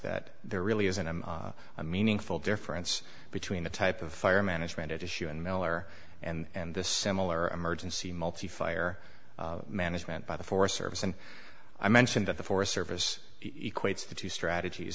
that there really isn't a meaningful difference between the type of fire management issue and miller and the similar emergency multi fire management by the forest service and i mentioned that the forest service equates the two strategies